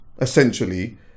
essentially